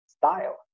style